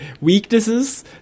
weaknesses